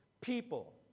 people